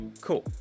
cool